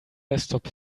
desktop